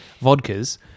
vodkas